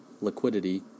liquidity